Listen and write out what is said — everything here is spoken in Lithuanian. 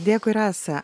dėkui rasa